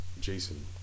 Jason